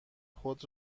خود